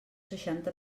seixanta